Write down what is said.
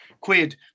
quid